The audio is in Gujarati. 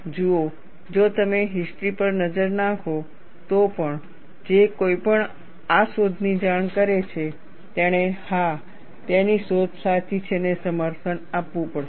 જુઓ જો તમે હિસ્ટ્રી પર નજર નાખો તો પણ જે કોઈ પણ આ શોધની જાણ કરે છે તેણે હા તેની શોધ સાચી છેને સમર્થન આપવું પડશે